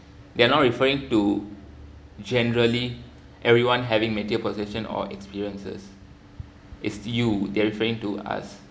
they're not referring to generally everyone having material possession or experiences it's you they're referring to